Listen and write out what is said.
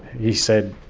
he said,